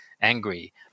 angry